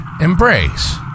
embrace